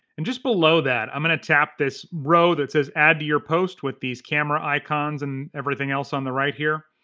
and just below that i'm gonna tap this row that says add to your post with these camera icons, and everything else on the right here.